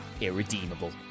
irredeemable